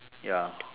ya